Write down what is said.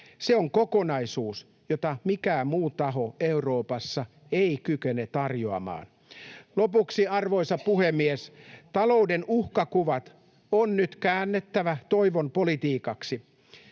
Se on kokonaisuus, jota mikään muu taho Euroopassa ei kykene tarjoamaan. Lopuksi, arvoisa puhemies: Talouden uhkakuvat on nyt käännettävä toivon politiikaksi.